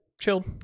Chilled